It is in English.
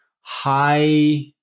high